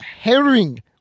herring